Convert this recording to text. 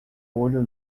olho